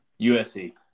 USC